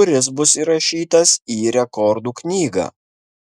kuris bus įrašytas į rekordų knygą